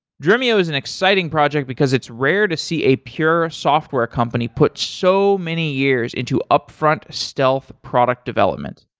dremio is an exciting project because it's rare to see a pure software company put so many years into upfront stealth product development.